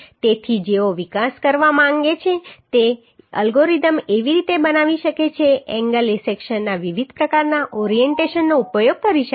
તેથી જેઓ વિકાસ કરવા માગે છે તેઓ એલ્ગોરિધમ એવી રીતે બનાવી શકે છે કે એંગલ સેક્શનના વિવિધ પ્રકારના ઓરિએન્ટેશનનો ઉપયોગ કરી શકાય